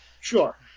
Sure